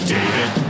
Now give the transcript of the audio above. David